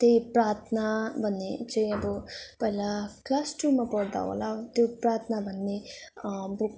त्यही प्रार्थना भन्ने चाहिँ अब पहिला क्लास टुमा पढ्दा होला हौ त्यो प्रार्थना भन्ने बुक